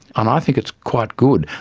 and i think it's quite good,